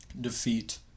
defeat